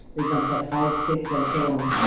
they don't have five, six and so on.